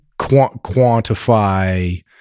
quantify